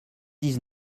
dix